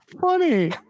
funny